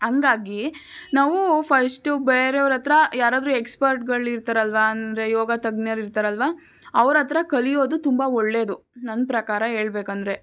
ಹಂಗಾಗಿ ನಾವು ಫಸ್ಟು ಬೇರೆಯವರತ್ರ ಯಾರಾದರೂ ಎಕ್ಸ್ಪರ್ಟ್ಗಳು ಇರ್ತಾರಲ್ಲವಾ ಅಂದರೆ ಯೋಗ ತಜ್ಞರು ಇರ್ತಾರಲ್ಲವಾ ಅವರತ್ರ ಕಲಿಯೋದು ತುಂಬ ಒಳ್ಳೆಯದು ನನ್ನ ಪ್ರಕಾರ ಹೇಳ್ಬೇಕಂದ್ರೆ